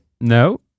No